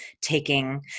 taking